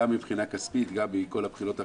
גם מבחינה כספית, גם מכל הבחינות האחרות.